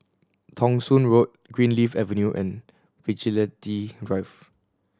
Thong Soon Road Greenleaf Avenue and Vigilante Drive